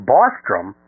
Bostrom